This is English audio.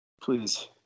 Please